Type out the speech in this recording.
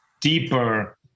deeper